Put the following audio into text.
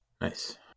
Nice